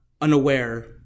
unaware